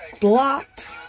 blocked